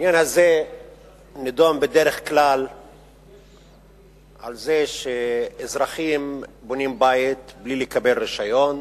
העניין הזה נדון בדרך כלל על זה שאזרחים בונים בית בלי לקבל רשיון,